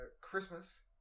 christmas